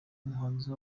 umuhanzi